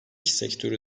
sektörü